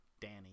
Danny